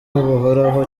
buhoraho